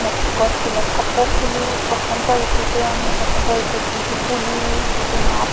নতু গছবিলাক কপৌ ফুলো বসন্ত ঋতুতে আমি বসন্ত ঋতুত যিহেতু কুলি যিটো মাত